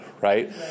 right